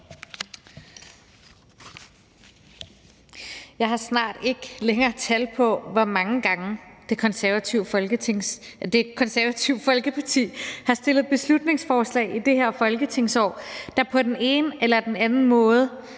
Jeg har snart ikke længere tal på, hvor mange gange Det Konservative Folkeparti har fremsat beslutningsforslag i det her folketingsår, der på den ene eller anden måde